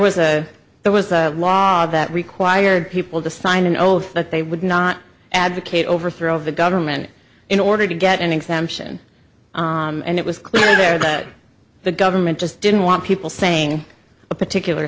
was a there was a law that required people to sign an oath that they would not advocate overthrow of the government in order to get an exemption and it was clear that the government just didn't want people saying a particular